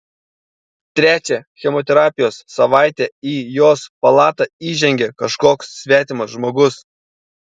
trečią chemoterapijos savaitę į jos palatą įžengė kažkoks svetimas žmogus